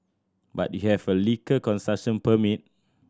but you have a liquor consumption permit